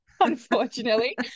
Unfortunately